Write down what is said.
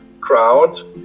crowd